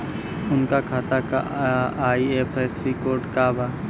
उनका खाता का आई.एफ.एस.सी कोड का बा?